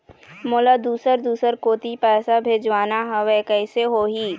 मोला दुसर दूसर कोती पैसा भेजवाना हवे, कइसे होही?